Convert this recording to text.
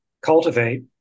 cultivate